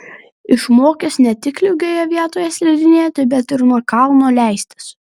išmokęs ne tik lygioje vietoj slidinėti bet ir nuo kalno leistis